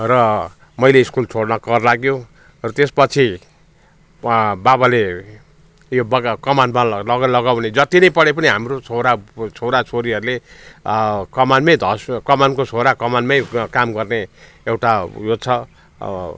र मैले स्कुल छोड्न कर लाग्यो र त्यस पछि बाबाले यो बगान कमानमा लग लगाउने जति नै पढे पनि हाम्रो छोरा छोरा छोरीहरूले कमानमा बस्नु कमानको छोरा कमानमा काम गर्ने एउटा उयो छ